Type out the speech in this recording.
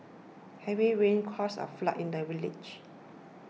heavy rains caused a flood in the village